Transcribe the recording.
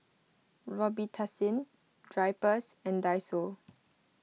Robitussin Drypers and Daiso